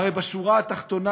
הרי בשורה התחתונה,